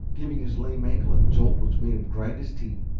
giving his lame ankle a jolt which made him grind his teeth.